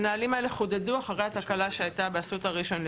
הנהלים האלה חודדו אחרי התקלה שהייתה באסותא ראשון לציון.